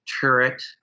turret